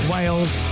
Wales